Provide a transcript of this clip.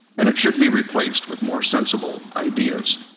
and it should be replaced with more sensible ideas.